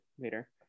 later